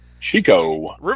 Chico